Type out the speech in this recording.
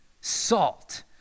salt